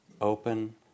Open